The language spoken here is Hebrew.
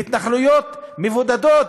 בהתנחלויות מבודדות,